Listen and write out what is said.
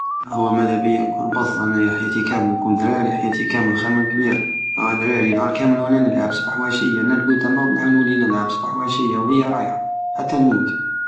انا مبدابية نكون بز جياتي كامل نكون دراري حياتي كامل خير من كبير اه دراري نهار كامل وانا نلعب صبح وعشية نرقد نود نولي نلعب صبح وعشية وهي رايحة حتى النموت